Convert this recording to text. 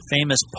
famous